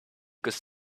could